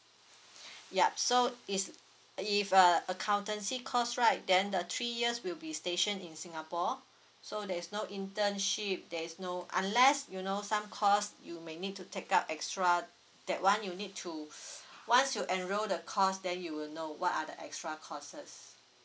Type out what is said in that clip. yup so it's if a accountancy course right then the three years will be stationed in singapore so there is no internship there is no unless you know some course you may need to take up extra that one you need to once you enroll the course then you will know what are the extra courses